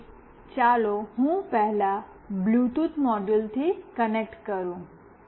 તેથી ચાલો હું પહેલા બ્લૂટૂથ મોડ્યુલથી કનેક્ટ કરું